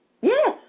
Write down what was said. Yes